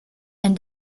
and